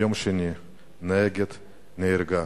יום שני, נהגת נהרגה.